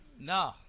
No